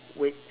wake